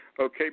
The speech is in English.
Okay